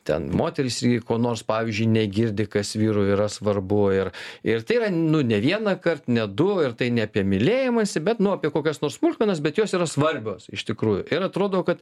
ten moterys irgi ko nors pavyzdžiui negirdi kas vyrui yra svarbu ir ir tai yra nu ne vienąkart net du ir tai ne apie mylėjimąsi bet nu apie kokias nors smulkmenas bet jos yra svarbios iš tikrųjų ir atrodo kad